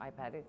iPad